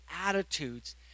attitudes